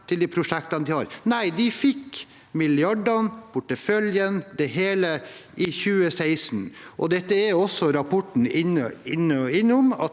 til de prosjektene de har. Nei, de fikk milliardene, porteføljen – det hele – i 2016. Det er rapporten også innom,